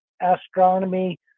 astronomy